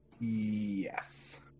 yes